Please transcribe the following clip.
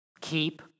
Keep